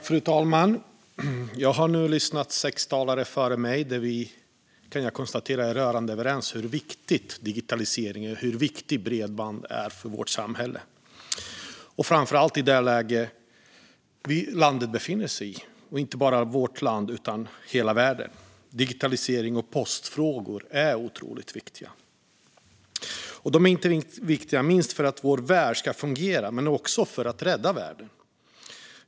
Frau talman! Jag har lyssnat på de sex talarna före mig, och jag kan konstatera att vi är rörande överens om hur viktigt digitalisering och bredband är för vårt samhälle. Det gäller framför allt i det läge som landet befinner sig i - och inte bara vårt land, utan hela världen. Digitaliserings och postfrågor är otroligt viktiga. De är inte bara viktiga för att vår värld ska fungera utan också för att vi ska kunna rädda världen.